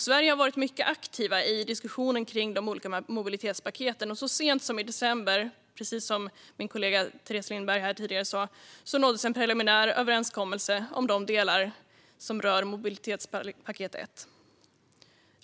Sverige har varit mycket aktivt i diskussionen kring de olika mobilitetspaketen, och så sent som i december nåddes en preliminär överenskommelse om de delar som rör mobilitetspaket 1, som min kollega Teres Lindberg nämnde tidigare.